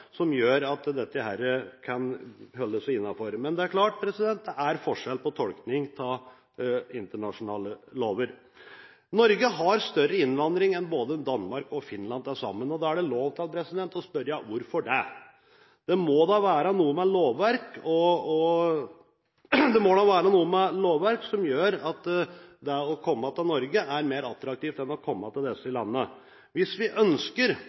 som gjør at vi holder oss innenfor. Men det er klart det er forskjell på tolkningen av internasjonale lover. Norge har større innvandring enn både Danmark og Finland til sammen. Da er det lov til å spørre hvorfor det er slik. Det må da være noe med lovverket som gjør at det å komme til Norge er mer attraktivt enn det er å komme til disse landene. Hvis vi ønsker